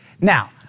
Now